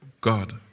God